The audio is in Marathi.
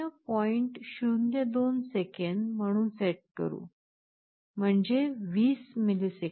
02 सेकंद म्हणून सेट करू म्हणजे 20 मिलिसेकंद